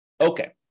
Okay